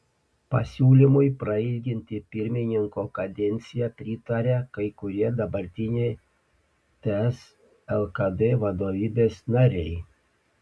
pasiūlymui prailginti pirmininko kadenciją pritaria kai kurie dabartiniai ts lkd vadovybės nariai